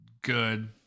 good